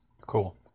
Cool